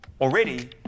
Already